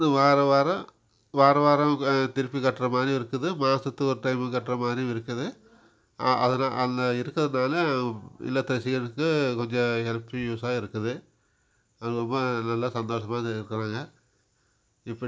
இன்னும் வாரம் வாரம் வாரம் வாரம் திருப்பி கட்ற மாரியும் இருக்குது மாதத்துக்கு ஒரு டைம் கட்டுற மாதிரியும் இருக்குது அதனால் அந்த இருக்கிறதால இல்லத்தரசிகளுக்கு கொஞ்சம் ஹெல்ப் யூஸ்ஸாக இருக்குது அது ரொம்ப நல்ல சந்தோசமாக தான் இருக்கிறோங்க இப்போ